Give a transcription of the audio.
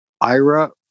Ira